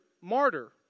martyr